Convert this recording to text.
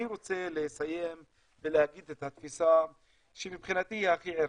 אני רוצה לסיים ולהגיד את התפיסה שמבחינתי היא הכי ערכית.